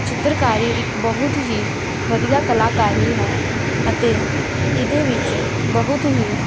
ਚਿੱਤਰਕਾਰੀ ਇੱਕ ਬਹੁਤ ਹੀ ਵਧੀਆ ਕਲਾਕਾਰੀ ਹੈ ਅਤੇ ਇਹਦੇ ਵਿੱਚ ਬਹੁਤ ਹੀ